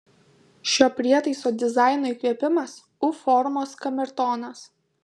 šio prietaiso dizaino įkvėpimas u formos kamertonas